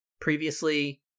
previously